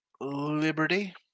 Liberty